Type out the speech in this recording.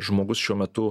žmogus šiuo metu